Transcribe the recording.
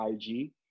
IG